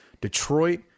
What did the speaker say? Detroit